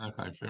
okay